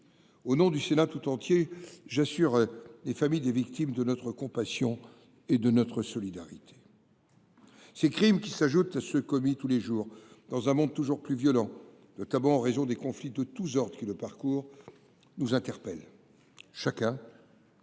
Au nom du Sénat tout entier, j'assure les familles des victimes de notre compassion et de notre solidarité. Ces crimes qui s'ajoutent à ceux commis tous les jours dans un monde toujours plus violent, notamment en raison des conflits de tous ordres qui le parcourent, nous interpellent. Chacun doit